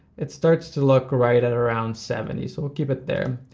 it starts to look right at around seventy. so we'll keep it there.